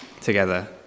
together